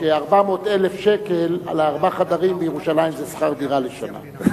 ש-400,000 שקל על ארבעה חדרים בירושלים זה שכר דירה לשנה.